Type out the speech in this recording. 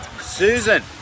Susan